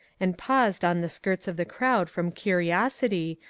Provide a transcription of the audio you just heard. and paused on the skirts of the crowd from curiosity,